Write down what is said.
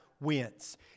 wins